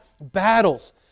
battles